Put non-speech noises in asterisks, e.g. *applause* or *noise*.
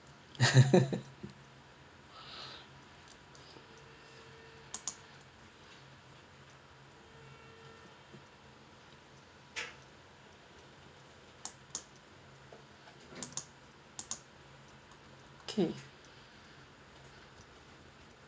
*laughs* *breath* okay